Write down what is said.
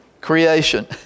creation